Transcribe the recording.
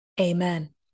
Amen